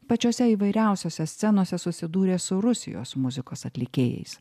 pačiose įvairiausiose scenose susidūrė su rusijos muzikos atlikėjais